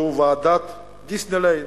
שהוא "ועדת דיסנילנד".